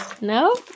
No